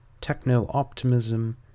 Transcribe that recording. Techno-Optimism